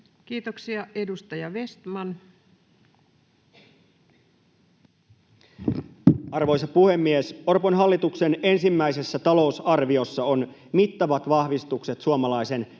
Kiitoksia. — Edustaja Vestman. Arvoisa puhemies! Orpon hallituksen ensimmäisessä talousarviossa on mittavat vahvistukset suomalaisen